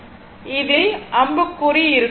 இதில் அம்புக்குறி இருக்கும்